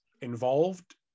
involved